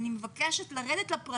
אני מבקשת במפגש הבא שלנו לרדת לפרטים.